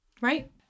Right